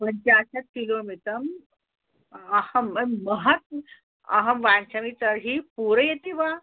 पञ्चाशत् किलोमितम् अहं महत् अहं वाञ्छामि तर्हि पूरयति वा